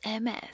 MS